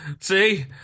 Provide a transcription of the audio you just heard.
See